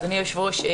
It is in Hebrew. אדוני היושב-ראש,